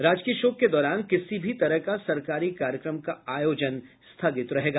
राजकीय शोक के दौरान किसी भी तरह का सरकारी कार्यक्रम का आयोजन स्थगित रहेगा